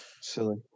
silly